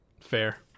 fair